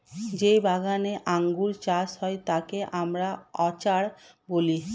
যেই বাগানে আঙ্গুর চাষ হয় তাকে আমরা অর্চার্ড বলি